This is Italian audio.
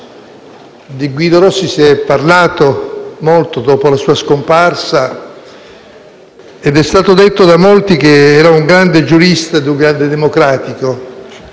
Di Guido Rossi si è parlato molto dopo la sua scomparsa. E' stato detto da molti che era un grande giurista e un grande democratico,